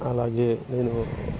అలాగే నేను